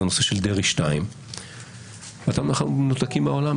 שזה הנושא של דרעי 2. אנחנו מנותקים מהעולם,